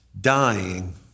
Dying